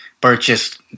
purchased